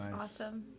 awesome